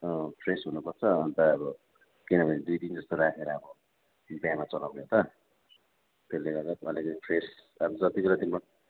अँ फ्रेस हुनुपर्छ अन्त अब किनभने दुई दिन जस्तो राखेर अब बिहामा चलाउने त त्यसले गर्दा पो अलि फ्रेस अब जति जतिमा